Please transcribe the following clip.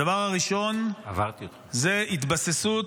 הדבר הראשון זה התבססות